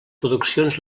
produccions